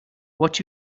what